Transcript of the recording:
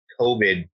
COVID